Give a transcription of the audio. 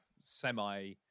semi